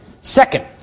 Second